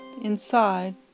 inside